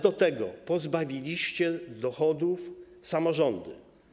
Do tego pozbawiliście dochodów samorządy.